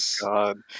god